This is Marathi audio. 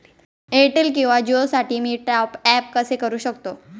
एअरटेल किंवा जिओसाठी मी टॉप ॲप कसे करु शकतो?